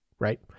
Right